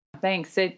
Thanks